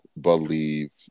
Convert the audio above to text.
believe